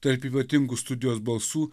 tarp ypatingų studijos balsų